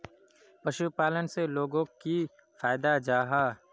पशुपालन से लोगोक की फायदा जाहा?